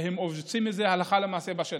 והם עושים את זה הלכה למעשה בשטח.